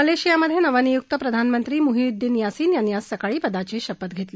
मलेशियामधे नवनियुक्त प्रधानमंत्री Muhyiddin Yassin यांनी आज सकाळी पदाची शपथ घेतली